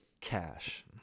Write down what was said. cash